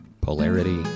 polarity